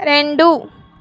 రెండు